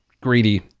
greedy